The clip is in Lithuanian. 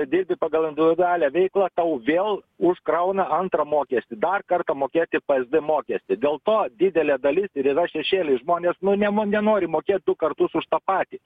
dirbi pagal individualią veiklą tau vėl užkrauna antrą mokestį dar kartą mokėti psd mokestį dėl to didelė dalis ir yra šešėly žmonės nu nem nenori mokėt du kartus už tą patį